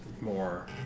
more